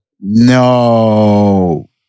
No